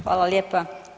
Hvala lijepa.